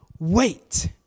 wait